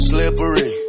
Slippery